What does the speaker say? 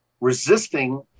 resisting